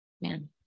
man